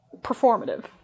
performative